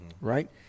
right